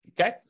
Okay